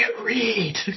read